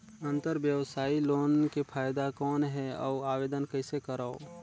अंतरव्यवसायी लोन के फाइदा कौन हे? अउ आवेदन कइसे करव?